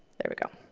there we go.